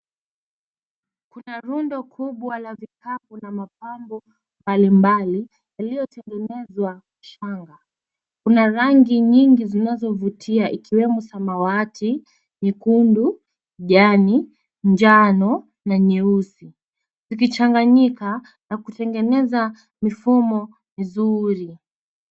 Kuna rundo kubwa la vikapu na mapambo mbalimbali yaliyotengenezwa shanga kuna rangi nyingi zinazovutia ikiwemo samawati, nyekundu, jani , njano na nyeusi. Zikichanganyika na kutengeneza mifumo mizuri.